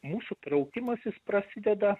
mūsų traukimasis prasideda